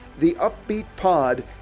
theupbeatpod